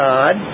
God